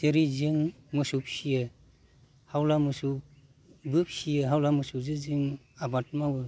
जेरै जों मोसौ फियो हावला मोसौबो फियो हावला मोसौजो जों आबाद मावो